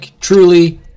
truly